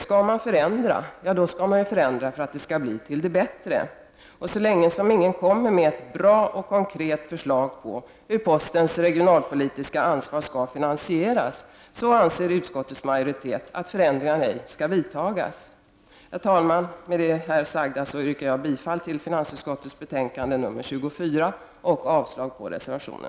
Ska man förändra, skall man förändra till det bättre. Men så länge det inte finns något bra och konkret förslag om hur postens regionalpolitiska ansvar skall finansieras anser utskottets majoritet att förändringar ej skall vidtagas. Herr talman! Med det sagda yrkar jag bifall till hemställan i finansutskottets betänkande nr 24 och avslag på reservationen.